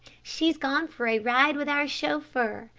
she's gone for a ride with our chauffeur.